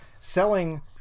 selling